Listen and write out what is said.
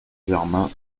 germain